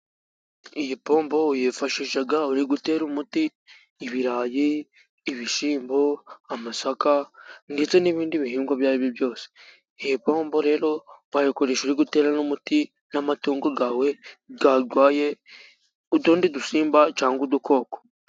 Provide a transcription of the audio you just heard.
Iyi pombo uyifashisha uri gutera umuti ibirayi, ibishyimbo, amasaka ndetse n'ibindi bihingwa ibyo ari byo byose, iyi pombo rero wayikoresha uri gutera umuti n'amatungo yawe yarwaye utundi dusimba cyangwa udukoko.